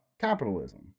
capitalism